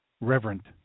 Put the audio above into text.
reverent